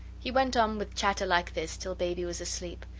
he went on with chatter like this till baby was asleep,